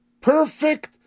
perfect